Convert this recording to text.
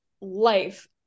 life